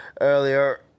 earlier